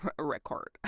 record